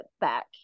back